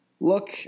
Look